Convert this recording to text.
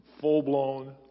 full-blown